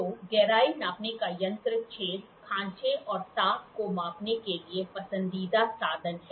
तो गहराई नापने का यंत्र छेद खांचे और ताक़ को मापने के लिए पसंदीदा साधन है